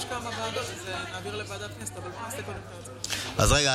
אז רגע.